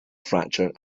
fracture